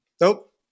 Nope